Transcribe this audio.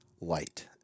light